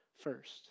first